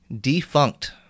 Defunct